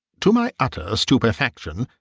to my utter stupefaction,